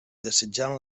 desitjant